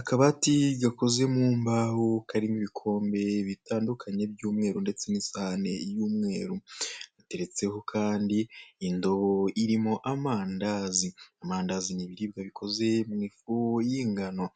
Akabati gakoze mu mbaho karimo ibikombe bitandukanye by'umweru n'isahani y'umweru, hateretseho kandi indobo irimo amandazi, amandazi ni ibiribwa bikoze mu ifu y'ingano